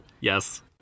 Yes